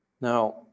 Now